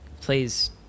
please